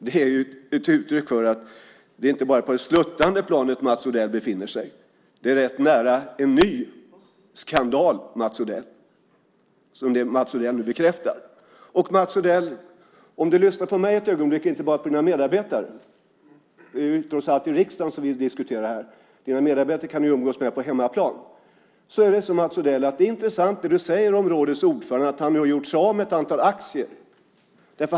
Det är ett uttryck för att Mats Odell inte bara befinner sig på det sluttande planet utan rätt nära en ny skandal, vilket Mats Odell nu bekräftar. Mats Odell, om du lyssnar på mig ett ögonblick och inte bara på dina medarbetare - det är trots allt i riksdagen som vi diskuterar detta; dina medarbetare kan du umgås med på hemmaplan - är det som du säger om rådets ordförande är intressant, att han har gjort sig av med ett antal aktier.